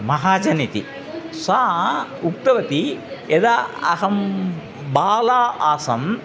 महाजनेति सा उक्तवती यदा अहं बाला आसम्